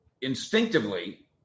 instinctively